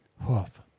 hoof